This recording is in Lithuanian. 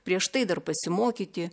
prieš tai dar pasimokyti